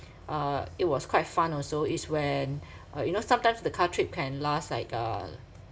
uh it was quite fun also it's when uh you know sometimes the car trip can last like uh